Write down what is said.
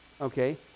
okay